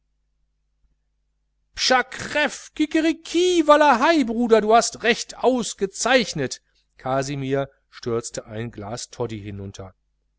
kikeriki wallahei bruder du hast recht ausgezeichnet kasimir stürzte ein glas toddy hinunter